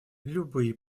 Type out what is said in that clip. любые